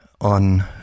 On